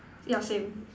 yeah same